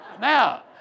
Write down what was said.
Now